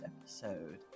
episode